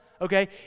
okay